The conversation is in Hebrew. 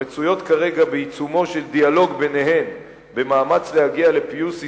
המצויות כרגע בעיצומו של דיאלוג ביניהן במאמץ להגיע לפיוס היסטורי,